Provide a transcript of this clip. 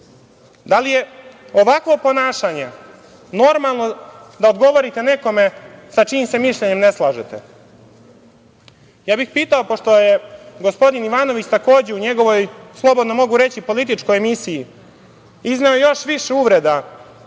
Da li je ovakvo ponašanje normalno da odgovorite nekome sa čijim se mišljenjem ne slažete? Pitao bih, pošto je gospodin Ivanović takođe u njegovoj, slobodno mogu reći političkoj emisiji, izneo još više uvreda